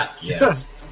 Yes